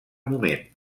moment